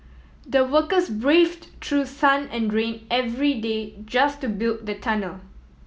the workers braved through sun and rain every day just to build the tunnel